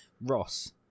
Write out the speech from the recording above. Ross